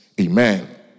Amen